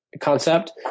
concept